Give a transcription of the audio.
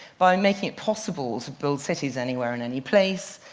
by making it possible to build cities anywhere and any place,